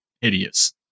hideous